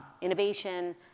innovation